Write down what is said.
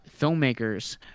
filmmakers